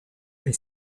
est